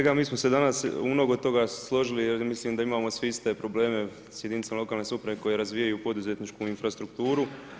Kolega mi smo se danas u mnogo toga složili, jer mislim da imamo svi iste probleme sa jedinicama lokalne samouprave koje razvijaju poduzetničku infrastrukturu.